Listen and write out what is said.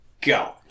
Go